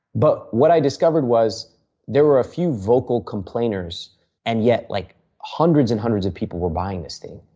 but, what i discovered was there were a few vocal complainers and yet like hundreds and hundreds of people were buying this thing.